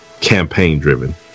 campaign-driven